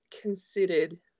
considered